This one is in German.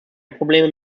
probleme